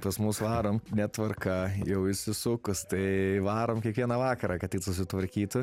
pas mus varom netvarka jau įsisukus tai varom kiekvieną vakarą kad tik susitvarkytų